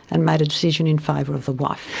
and made a decision in favour of the wife.